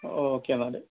okay എന്നാൽ